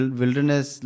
wilderness